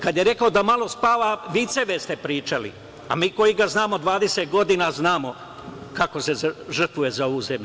Kada je rekao da malo spava, viceve ste pričali, a mi koji ga znamo 20 godina znamo kako se žrtvuje za ovu zemlju.